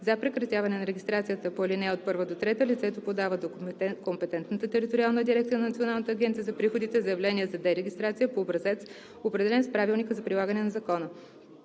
За прекратяване на регистрацията по ал. 1 – 3 лицето подава до компетентната териториална дирекция на Националната агенция за приходите заявление за дерегистрация по образец, определен с правилника за прилагане на закона.